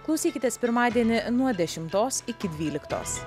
klausykitės pirmadienį nuo dešimtos iki dvyliktos